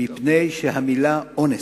מפני שהמלה "אונס"